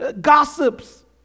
gossips